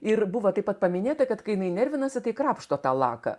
ir buvo taip pat paminėta kad kai jinai nervinasi tai krapšto tą laką